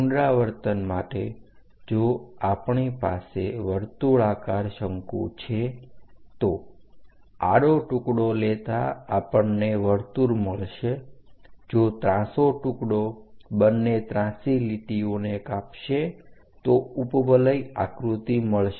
પુનરાવર્તન માટે જો આપણી પાસે વર્તુળાકાર શંકુ છે તો આડો ટુકડો લેતાં આપણને વર્તુળ મળશે જો ત્રાંસો ટુકડો બંને ત્રાંસી લીટીઓને કાપશે તો ઉપવલય આકૃતિ મળશે